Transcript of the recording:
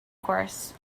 course